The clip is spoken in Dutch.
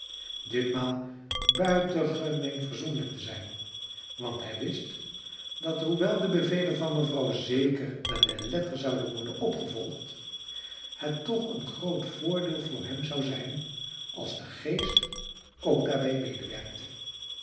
ditmaal buitengemeen verzoenlijk te zijn want hij wist dat hoewel de bevelen van mevrouw zeker naar de letter zouden worden opgevolgd het toch een groot voordeel voor hem zou zijn als de geest ook daarbij medewerkte